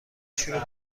شروع